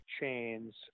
chains